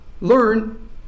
learn